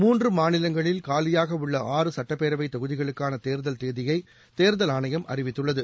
மூன்று மாநிலங்களில் காலியாக உள்ள ஆறு சுட்டப்பேரவை தொகுதிகளுக்கான தேர்தல் தேதியை தேர்தல் ஆணையம் அறிவித்துள்ளது